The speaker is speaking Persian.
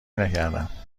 نکردم